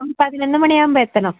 അപ്പോൾ പതിനൊന്ന് മണിയാകുമ്പോൾ എത്തണം